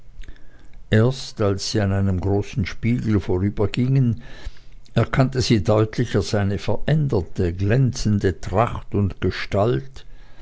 erst als sie an einem großen spiegel vorübergingen kannte sie deutlicher seine veränderte glänzende tracht und gestalt